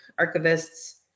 archivists